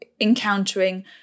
encountering